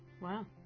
Wow